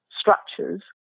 structures